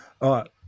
right